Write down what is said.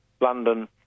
London